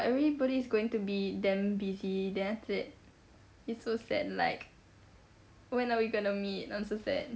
everybody's going to be damn busy then after that it's so sad like when are we gonna meet I'm so sad